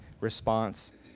response